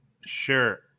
Sure